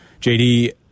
JD